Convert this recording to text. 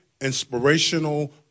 Inspirational